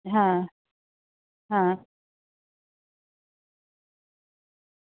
હા હા